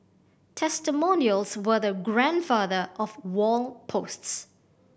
testimonials were the grandfather of wall posts